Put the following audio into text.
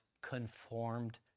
conformed